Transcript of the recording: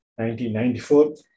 1994